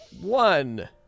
One